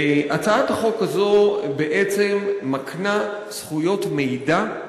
הצעת החוק הזו בעצם מקנה זכויות מידע,